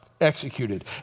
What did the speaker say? executed